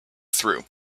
through